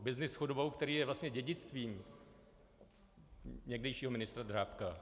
Byznys s chudobou, který je vlastně dědictvím někdejšího ministra Drábka.